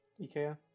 Ikea